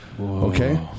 Okay